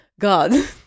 God